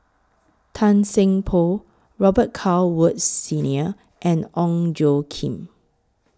Tan Seng Poh Robet Carr Woods Senior and Ong Tjoe Kim